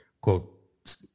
quote